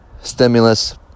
stimulus